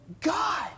God